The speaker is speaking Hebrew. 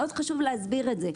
חשוב להסביר את זה.